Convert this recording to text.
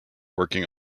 working